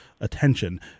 attention